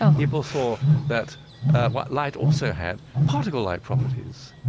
um people saw that what light also had, particle-like properties,